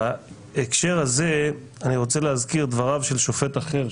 בהקשר הזה אני רוצה להזכיר את דבריו של שופט אחר,